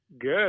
Good